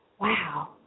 wow